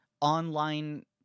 online